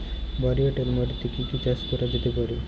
ভারী এঁটেল মাটিতে কি কি চাষ করা যেতে পারে?